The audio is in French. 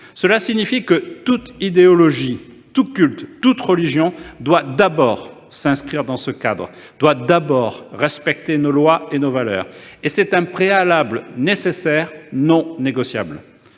Cela signifie que toute idéologie, tout culte, toute religion doit d'abord s'inscrire dans ce cadre, respecter nos lois et nos valeurs. C'est un préalable nécessaire et non négociable.